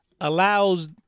allows